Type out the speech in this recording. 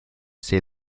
say